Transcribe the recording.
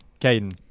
Caden